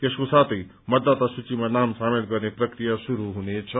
यसको साथै मतदाता सूचीमा नाम सामेल गर्ने प्रक्रिया शुरू हुनेछ